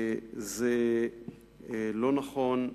זה לא נכון.